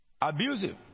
Abusive